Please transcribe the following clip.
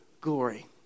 glory